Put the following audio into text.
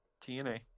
TNA